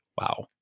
Wow